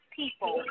people